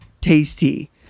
tasty